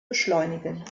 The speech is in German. beschleunigen